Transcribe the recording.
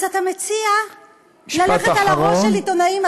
אז אתה מציע ללכת על הראש של עיתונאים.